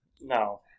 No